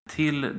till